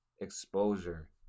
exposure